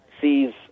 sees